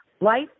life